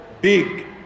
big